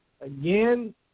Again